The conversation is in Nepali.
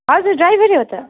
हजुर ड्राइभरै हो त